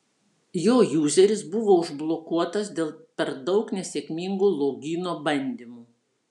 jo juzeris buvo užblokuotas dėl per daug nesėkmingų logino bandymų